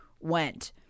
went